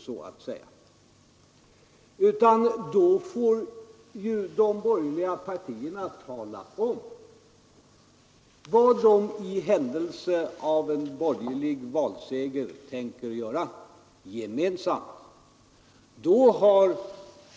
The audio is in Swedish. De borgerliga partierna får i stället i valrörelsen tala om vad de i händelse av en borgerlig valseger tänker göra gemensamt. Då har